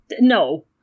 No